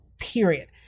Period